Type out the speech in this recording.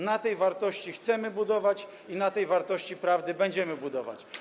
Na tej wartości chcemy budować i na tej wartości prawdy będziemy budować.